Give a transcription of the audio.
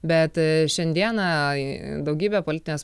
bet šiandieną daugybė politinės